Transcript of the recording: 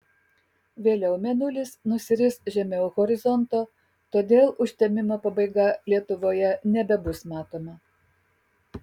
vėliau mėnulis nusiris žemiau horizonto todėl užtemimo pabaiga lietuvoje nebebus matoma